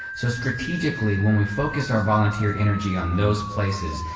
so, strategically, when we focus our volunteer energy on those places,